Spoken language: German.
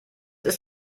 ist